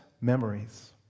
memories